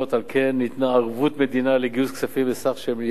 על כן ניתנה ערבות המדינה לגיוס כספים בסך 1.5 מיליארד ש"ח.